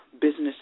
business